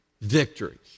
victory